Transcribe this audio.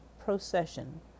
procession